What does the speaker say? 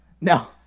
No